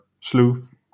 sleuth